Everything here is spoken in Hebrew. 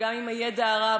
וגם עם הידע הרב,